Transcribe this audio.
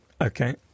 Okay